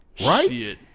Right